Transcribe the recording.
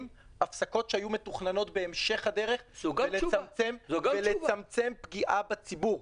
הפסקות שהיו מתוכננות בהמשך הדרך כדי לצמצמם פגיעה בציבור.